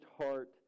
heart